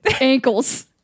Ankles